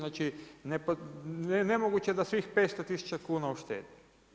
Znači nemoguće da svih 500 tisuća kuna uštedi.